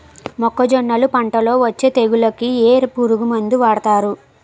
మొక్కజొన్నలు పంట లొ వచ్చే తెగులకి ఏ పురుగు మందు వాడతారు?